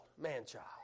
man-child